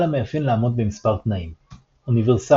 על המאפיין לעמוד במספר תנאים אוניברסליות.